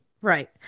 Right